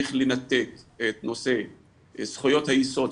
צריך לנתק את נושא זכויות היסוד,